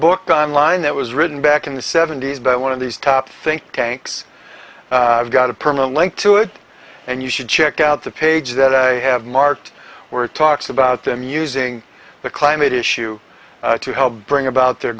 book on line that was written back in the seventy's by one of these top think tanks got a permanent link to it and you should check out the page that i have marked were talks about them using the climate issue to help bring about their